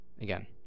again